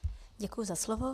Děkuji za slovo.